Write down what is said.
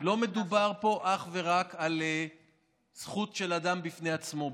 לא מדובר פה אך ורק על זכות של אדם בפני עצמו,